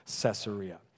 Caesarea